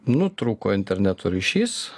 nutrūko interneto ryšys